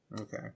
Okay